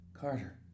Carter